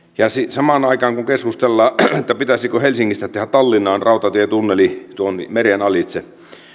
samaan aikaan kun keskustellaan että pitäisikö helsingistä tehdä tallinnaan rautatietunneli meren alitse